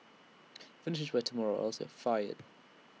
finish this by tomorrow or else you're fired